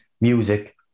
music